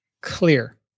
clear